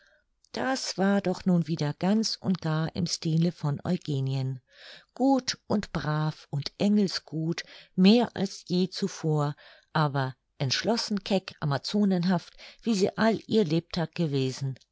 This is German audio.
das war doch nun wieder ganz und gar im style von eugenien gut und brav und engelsgut mehr als je zuvor aber entschlossen keck amazonenhaft wie sie all ihr lebtag gewesen